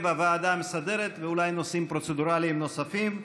הוועדה המסדרת ואולי נושאים פרוצדורליים נוספים.